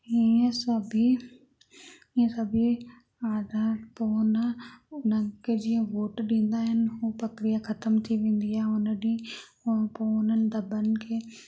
ईअं सभी ईअं सभी आधार पोन उन्हनि खे जीअं वोट ॾींदा आहिनि हू प्रक्रिया ख़तमु थी वेंदी आहे उन ॾींहुं खां पोइ उन्हनि दॿनि खे